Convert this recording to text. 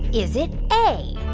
is it a,